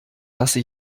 lasse